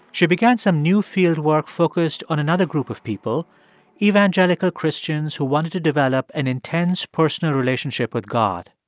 she began some new fieldwork focused on another group of people evangelical christians who wanted to develop an intense personal relationship with god.